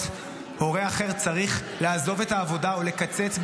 הורה אחר צריך לעזוב את העבודה או לקצץ בעבודה,